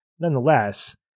Nonetheless